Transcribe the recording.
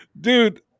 Dude